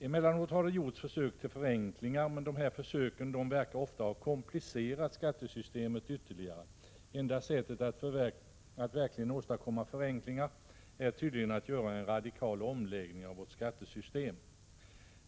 Emellanåt har det gjorts försök till förenklingar, men dessa försök verkar ofta ha komplicerat skattesystemet ytterligare. Enda sättet att verkligen åstadkomma förenklingar är tydligen att göra en radikal omläggning av vårt skattesystem.